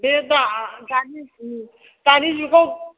बे दा दानि दानि जुगाव